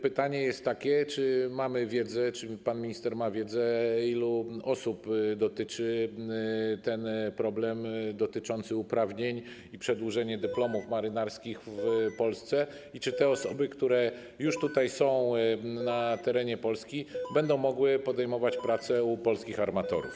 Pytanie jest takie: Czy mamy wiedzę, czy pan minister ma wiedzę, ilu osób dotyczy problem uprawnień i przedłużenia dyplomów marynarskich w Polsce, i czy te osoby, które już są na terenie Polski, będą mogły podejmować pracę u polskich armatorów?